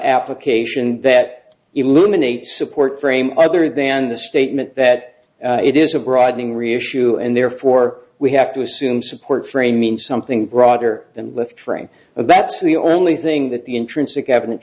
application that illuminates support frame other than the statement that it is a broadening reissue and therefore we have to assume support for a means something broader than left frame of that's the only thing that the intrinsic eviden